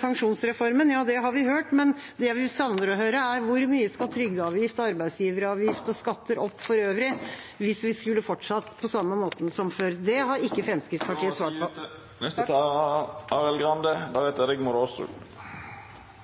pensjonsreformen. Ja, det har vi hørt, men det vi savner å høre, er hvor mye trygdeavgiften og arbeidsgiveravgiften og skatter for øvrig skal opp hvis vi skulle fortsatt på samme måten som før. Det har ikke Fremskrittspartiet svart